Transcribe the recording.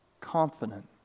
confident